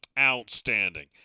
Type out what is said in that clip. outstanding